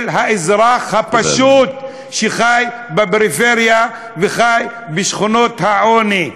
האזרח הפשוט שחי בפריפריה או חי בשכונת עוני.